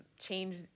change